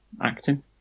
acting